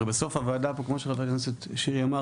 הרי בסוף הוועדה פה כמו שחבר הכנסת שירי אמר